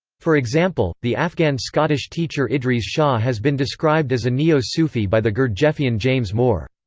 for example, the afghan-scottish teacher idries shah has been described as a neo-sufi by the gurdjieffian james moore.